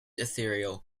ethereal